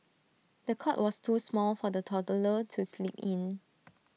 the cot was too small for the toddler to sleep in